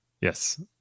yes